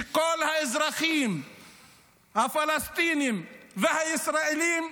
כל האזרחים הפלסטינים והישראלים,